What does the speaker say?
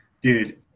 Dude